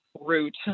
route